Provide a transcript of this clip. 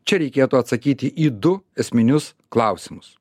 čia reikėtų atsakyti į du esminius klausimus